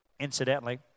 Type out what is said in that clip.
Incidentally